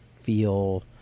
feel